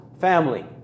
family